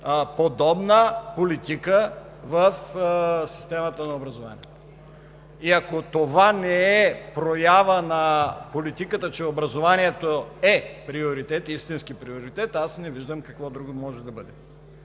подобна политика в системата на образованието. И ако това не е проява на политиката, че образованието е приоритет, истински приоритет, аз не виждам какво друго може да бъде.